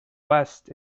west